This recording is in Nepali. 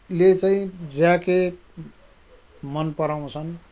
ले चाहिँ ज्याकेट मन पराउँछन्